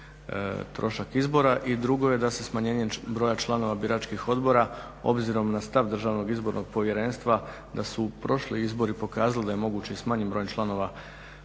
i drugo je da se smanjenjem broja članova biračkih odbora, obzirom na stav Državnog izbornog povjerenstva da su prošli izbori pokazali, a moguće i s manjim brojem članova biračkih odbora,